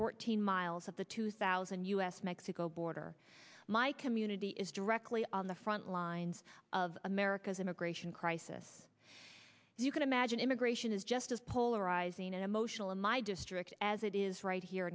fourteen miles of the two thousand us mexico border my community is directly on the front lines of america's immigration crisis you can imagine immigration is just as polarizing and emotional in my district as it is right here